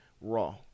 raw